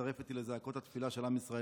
להצטרף איתי לזעקות התפילה של עם ישראל